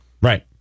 Right